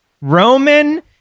Roman